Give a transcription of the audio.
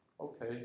okay